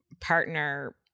partner